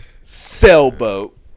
Sailboat